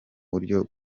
buryo